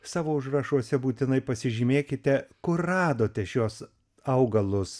savo užrašuose būtinai pasižymėkite kur radote šiuos augalus